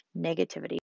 negativity